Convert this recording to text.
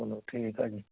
ਚਲੋ ਠੀਕ ਆ ਜੀ